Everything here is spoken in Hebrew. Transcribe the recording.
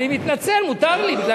אני מתנצל, מותר לי.